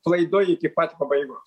klaidoj iki pat pabaigos